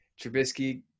Trubisky